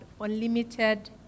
unlimited